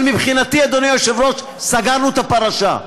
אבל מבחינתי, אדוני היושב-ראש, סגרנו את הפרשה.